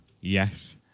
Yes